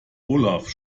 olaf